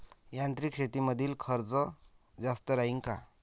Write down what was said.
यांत्रिक शेतीमंदील खर्च जास्त राहीन का?